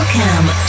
Welcome